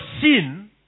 sin